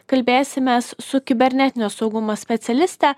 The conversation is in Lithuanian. kalbėsimės su kibernetinio saugumo specialiste